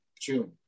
June